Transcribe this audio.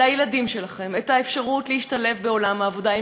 לילדים שלכם את האפשרות להשתלב בעולם העבודה.